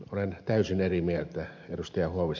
olen täysin eri mieltä ed